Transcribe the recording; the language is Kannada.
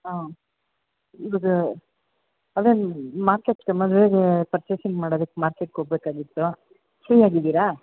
ಆಂ ಅದನ್ನು ಮಾರ್ಕೇಟ್ಗೆ ಮದುವೆಗೆ ಪರ್ಚೇಸಿಂಗ್ ಮಾಡೋದಕ್ಕೆ ಮಾರ್ಕೇಟ್ಗೆ ಹೋಗಬೇಕಾಗಿತ್ತು ಫ್ರೀ ಆಗಿದ್ದೀರಾ